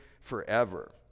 forever